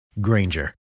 Granger